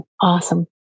Awesome